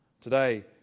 Today